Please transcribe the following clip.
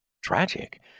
Tragic